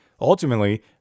Ultimately